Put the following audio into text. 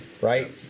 right